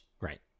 right